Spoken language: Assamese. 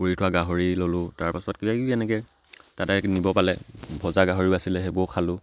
পুৰি থোৱা গাহৰি ল'লোঁ তাৰপাছত কিবা কিবি এনেকৈ তাতে কিনিব পালে ভজা গাহৰি আছিলে সেইবোৰ খালোঁ